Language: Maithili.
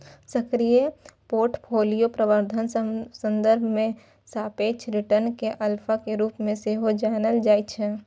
सक्रिय पोर्टफोलियो प्रबंधनक संदर्भ मे सापेक्ष रिटर्न कें अल्फा के रूप मे सेहो जानल जाइ छै